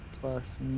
plus